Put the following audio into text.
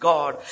God